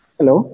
Hello